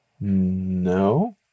No